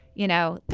you know?